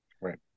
right